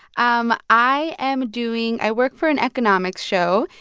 um i am doing i work for an economics show,